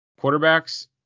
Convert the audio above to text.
quarterbacks